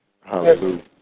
Hallelujah